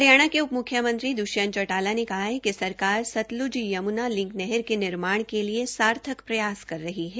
हरियाणा के उप म्ख्यमंत्री द्वष्यंत चौटाला ने कहा है कि सरकार सतल्ज यम्ना लिंक नहर के निर्माण के प्रयास किये जा रही है